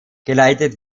geleitet